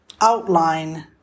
outline